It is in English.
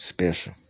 Special